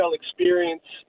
experience